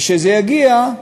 וכשזה יגיע,